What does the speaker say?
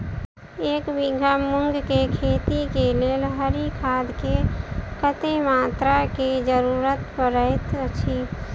एक बीघा मूंग केँ खेती केँ लेल हरी खाद केँ कत्ते मात्रा केँ जरूरत पड़तै अछि?